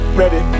ready